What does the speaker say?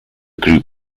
group